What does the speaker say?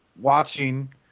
watching